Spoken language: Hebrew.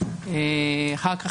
אחר כך,